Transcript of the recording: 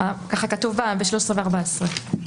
ככה כתוב ב-13 ו-14.